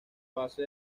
base